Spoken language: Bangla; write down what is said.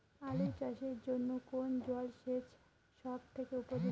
আলু চাষের জন্য কোন জল সেচ সব থেকে উপযোগী?